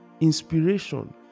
inspiration